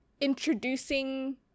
introducing